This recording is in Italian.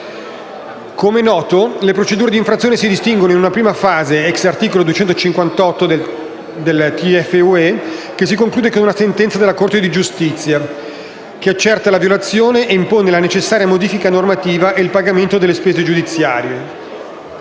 Come è noto, le procedure di infrazione si distinguono in una prima fase (*ex* articolo 258 del TFUE), che si conclude con una sentenza della Corte di giustizia che accerta la violazione e impone la necessaria modifica normativa e il pagamento delle spese giudiziarie.